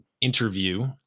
interview